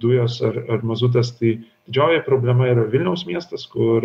dujos ar ar mazutas tai didžioji problema yra vilniaus miestas kur